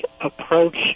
approach